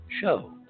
show